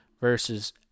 versus